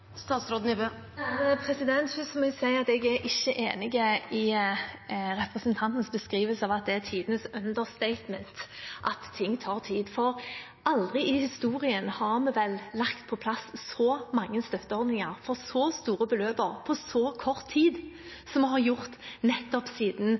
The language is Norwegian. må jeg si at jeg ikke er enig i representantens beskrivelse av at det er tidenes «understatement» at ting tar tid, for aldri før i historien har man vel lagt på plass så mange støtteordninger med så store beløp på så kort